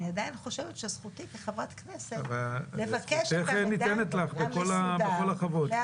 אני עדיין חושבת שזכותי כחברת כנסת לבקש -- זכותך ניתנת לך בכל הכבוד.